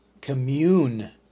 commune